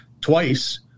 twice